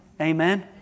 Amen